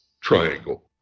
triangle